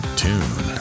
tune